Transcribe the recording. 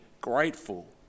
grateful